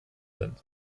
sind